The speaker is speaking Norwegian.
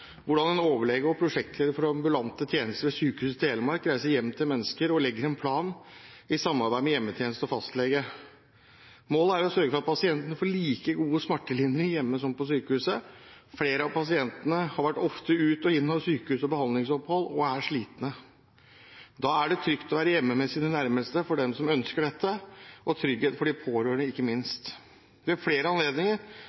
hvordan en overlege og prosjektleder for ambulante tjenester ved Sykehuset Telemark reiser hjem til mennesker og legger en plan i samarbeid med hjemmetjeneste og fastlege. Målet er å sørge for at pasientene får like god smertelindring hjemme som på sykehuset. Flere av pasientene har ofte vært ut og inn av sykehus og behandlingsopphold og er slitne. Da er det trygt å være hjemme med sine nærmeste for dem som ønsker dette, og trygghet for de pårørende, ikke minst. Ved flere anledninger